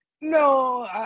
No